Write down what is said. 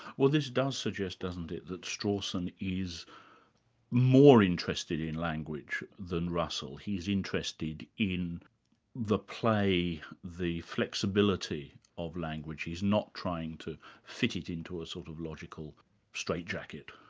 well this does suggest, doesn't it, that strawson is more interested in language than russell. he's interested in the play, the flexibility of language, he's not trying to fit it into a sort of logical straitjacket.